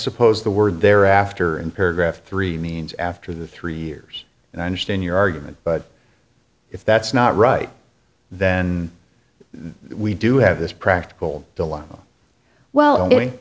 suppose the word thereafter and paragraph three means after the three years and i understand your argument but if that's not right then we do have this practical dilemma well